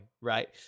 right